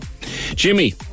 Jimmy